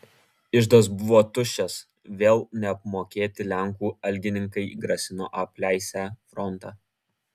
iždas buvo tuščias vėl neapmokėti lenkų algininkai grasino apleisią frontą